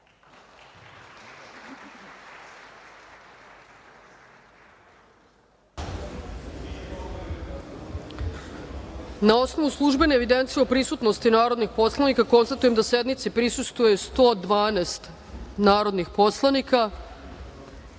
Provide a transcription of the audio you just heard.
osnovu službene evidencije o prisutnosti narodnih poslanika, konstatujem da sednici prisustvuje 112 narodnih poslanika. Podsećam